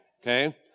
okay